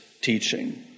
teaching